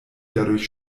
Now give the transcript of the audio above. dadurch